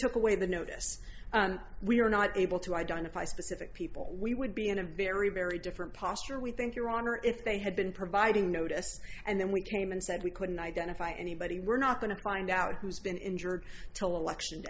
took away the notice we were not able to identify specific people we would be in a very very different posture we think your honor if they had been providing notice and then we came and said we couldn't identify anybody we're not going to find out who's been injured till election